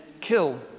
kill